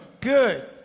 Good